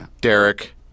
Derek